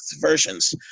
versions